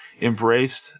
embraced